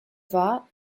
war